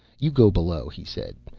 you go below, he said.